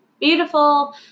Beautiful